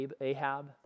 Ahab